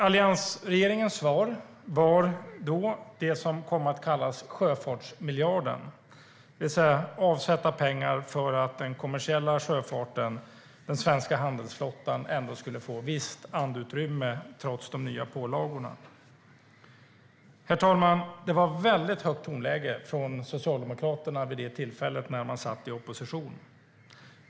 Alliansregeringens svar var det som kom att kallas sjöfartsmiljarden, det vill säga pengar avsatta för att den kommersiella sjöfarten, den svenska handelsflottan, skulle få visst andrum trots de nya pålagorna. Herr talman! Det var ett väldigt högt tonläge från Socialdemokraterna vid det tillfället, när man satt i opposition.